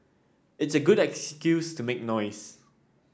it's a good excuse to make noise